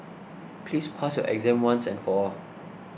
please pass your exam once and for all